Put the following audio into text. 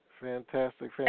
Fantastic